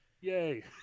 Yay